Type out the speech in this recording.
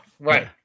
right